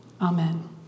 Amen